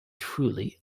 truly